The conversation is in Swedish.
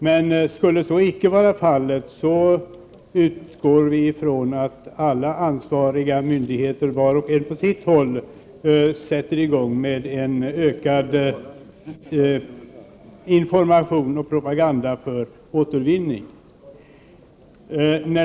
Om återanvändningen inte skulle öka utgår vi från att alla ansvariga myndigheter, var och en på sitt håll, sätter i gång med en ökad information och propaganda för återvinning.